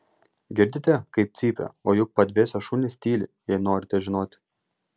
girdite kaip cypia o juk padvėsę šunys tyli jei norite žinoti